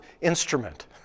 instrument